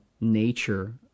nature